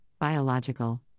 biological